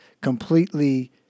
completely